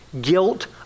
guilt